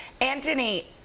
Anthony